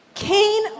Cain